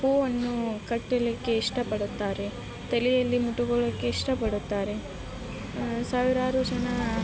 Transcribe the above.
ಹೂವನ್ನೂ ಕಟ್ಟಲಿಕ್ಕೆ ಇಷ್ಟಪಡುತ್ತಾರೆ ತಲೆಯಲ್ಲಿ ಮುಡುಕೊಳಕ್ಕೆ ಇಷ್ಟಪಡುತ್ತಾರೆ ಸಾವಿರಾರು ಜನ